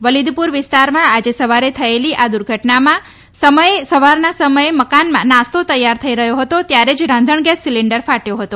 વલીદપુર વિસ્તારમાં આજે સવારે થયેલી આ દુર્ઘટના સમયે એક મકાનમાં સવારે નાસ્તો તૈયાર થઈ રહ્યો હતો ત્યારે જ રાંધણગેસ સિલિન્ડર ફાટ્યો હતો